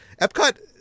Epcot